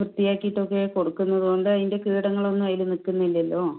വൃത്തി ആക്കിയിട്ട് ഒക്കെ കൊടുക്കുന്നത് കൊണ്ട് അതിൻ്റ കീടങ്ങൾ ഒന്നും അതിൽ നിൽക്കുന്നില്ലല്ലോ